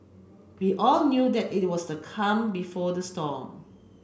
we all knew that it was the calm before the storm